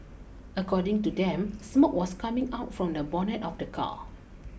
according to them smoke was coming out from the bonnet of the car